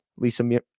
Lisa